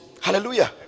Hallelujah